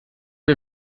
wir